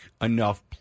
enough